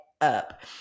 up